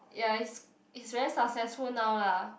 ya it's it's very successful now lah